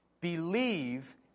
Believe